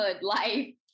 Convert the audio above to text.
life